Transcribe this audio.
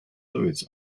fluids